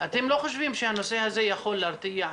אתם לא חושבים שהנושא הזה יכול להרתיע?